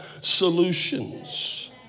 solutions